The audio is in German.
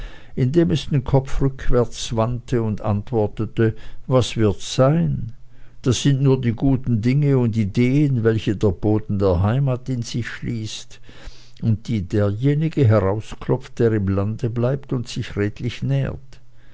indem es den kopf zurückwandte und antwortete was wird's sein das sind nur die guten dinge und ideen welche der boden der heimat in sich schließt und die derjenige herausklopft der im lande bleibt und sich redlich nährt